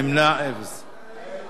נמנעים, אפס.